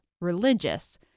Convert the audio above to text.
religious